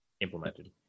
implemented